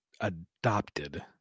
adopted